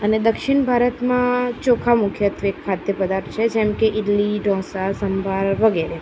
અને દક્ષિણ ભારતમાં ચોખા મુખ્યત્વે ખાદ્ય પદાર્થ છે જેમ કે ઈડલી ઢોંસા સંભાર વગેરે